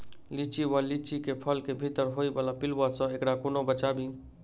लिच्ची वा लीची केँ फल केँ भीतर होइ वला पिलुआ सऽ एकरा कोना बचाबी?